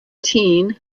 teen